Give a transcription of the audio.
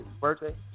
birthday